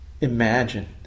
imagine